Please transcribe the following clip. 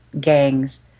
gangs